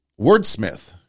Wordsmith